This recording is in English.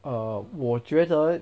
err 我觉得